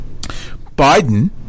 Biden